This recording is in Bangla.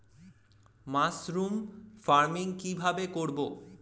মাসরুম ফার্মিং কি ভাবে করব?